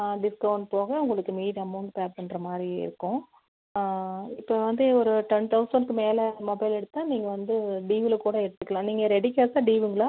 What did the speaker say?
ஆ discount போக உங்களுக்கு மீதி அமௌண்ட் பே பண்ணுற மாதிரி இருக்கும் இப்போ வந்து ஒரு டென் தௌசண்க்கு மேலே மொபைல் எடுத்தால் நீங்கள் வந்து ட்யூவில் கூட எடுத்துக்கலாம் நீங்கள் ரெடி கேஷா ட்யூங்களா